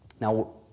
Now